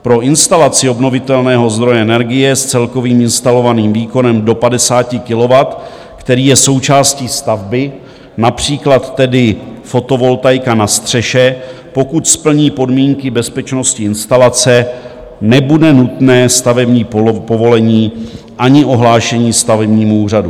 Pro instalaci obnovitelného zdroje energie s celkovým instalovaným výkonem do 50 kW, který je součástí stavby, například tedy fotovoltaika na střeše, pokud splní podmínky bezpečnosti instalace, nebude nutné stavební povolení ani ohlášení stavebnímu úřadu.